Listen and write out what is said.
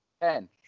Ten